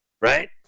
right